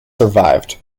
survived